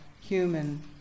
human